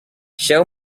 show